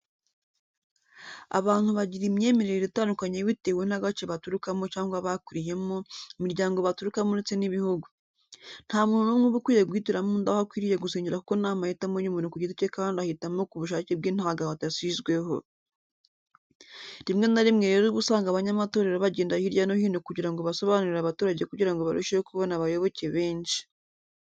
Abantu bagira imyemerere itandukanye bitewe n'agace baturukamo cyangwa bakuriyemo, imiryango baturukamo ndetse n'ibihugu. Nta muntu n'umwe uba ukwiye guhitiramo undi aho akwiriye gusengera kuko ni amahitamo y'umuntu ku giti cye kandi ahitamo ku bushake bwe nta gahato asizweho. Rimwe na rimwe rero uba usanga abanyamatorero bagenda hirya no hino kugirango basobanurire abaturage kugirango barusheho kubona abayoboke benshi.